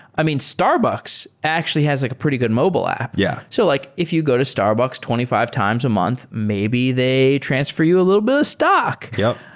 i mean, starbucks actually has like a pretty good mobile app. yeah so like if you go to starbucks twenty five times a month, maybe they transfer you a little bit of stock. yeah